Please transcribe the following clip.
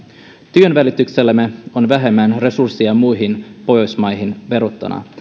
työnvälityksellämme on vähemmän resursseja muihin pohjoismaihin verrattuna